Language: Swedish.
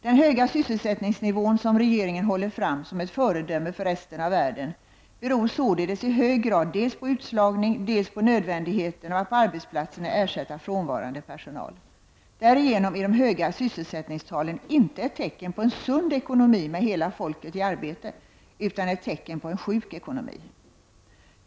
Den höga sysselsättningsnivå som regeringen håller fram som ett föredöme för resten av världen, beror således i hög grad dels på utslagning, dels på nödvändigheten av att på arbetsplatserna ersätta frånvarande personal. Därigenom är de höga sysselsättningstalen inte ett tecken på en sund ekonomi med hela folket i arbete, utan ett tecken på en sjuk ekonomi.